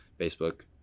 facebook